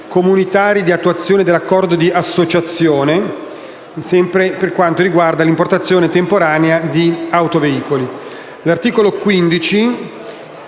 comunitari di attuazione dell'accordo di associazione per quanto concerne l'importazione temporanea di autoveicoli. L'articolo 15